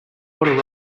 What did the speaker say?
water